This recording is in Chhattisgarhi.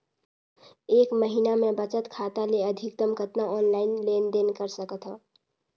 एक महीना मे बचत खाता ले अधिकतम कतना ऑनलाइन लेन देन कर सकत हव?